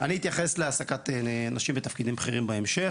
אני אתייחס לנושא של העסקת ננשים בתפקידים בכירים בהמשך